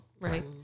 right